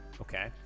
okay